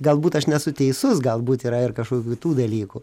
galbūt aš nesu teisus galbūt yra ir kažkokių kitų dalykų